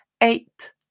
eight